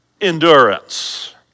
endurance